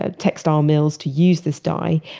ah textile mills to use this dye.